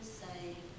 save